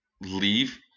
leave